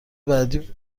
بعدی